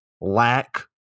lack